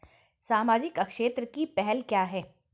सामाजिक क्षेत्र की पहल क्या हैं?